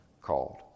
called